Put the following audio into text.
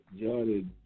Johnny